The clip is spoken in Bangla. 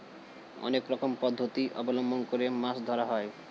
অনেক রকম পদ্ধতি অবলম্বন করে মাছ ধরা হয়